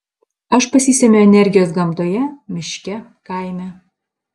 aš pasisemiu energijos gamtoje miške kaime